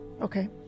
Okay